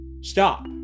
Stop